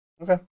Okay